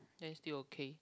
then still okay